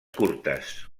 curtes